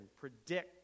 predict